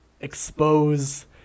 expose